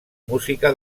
música